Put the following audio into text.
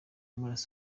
muri